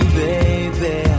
baby